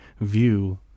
view